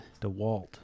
DeWalt